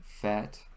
fat